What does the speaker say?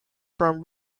from